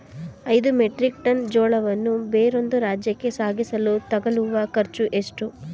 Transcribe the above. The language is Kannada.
ಐದು ಮೆಟ್ರಿಕ್ ಟನ್ ಜೋಳವನ್ನು ಬೇರೊಂದು ರಾಜ್ಯಕ್ಕೆ ಸಾಗಿಸಲು ತಗಲುವ ಖರ್ಚು ಎಷ್ಟು?